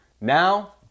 Now